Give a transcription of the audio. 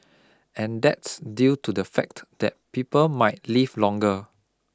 and that's due to the fact that people might live longer